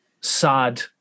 sad